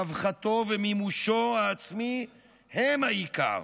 רווחתו ומימושו העצמי הם העיקר.